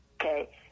okay